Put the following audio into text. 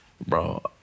bro